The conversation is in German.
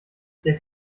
der